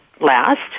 last